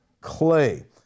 clay